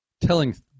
telling